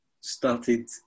started